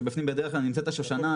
כשבפנים בדרך כלל נמצאים השושנה,